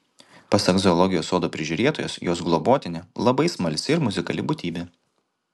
pasak zoologijos sodo prižiūrėtojos jos globotinė labai smalsi ir muzikali būtybė